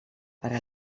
per